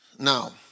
Now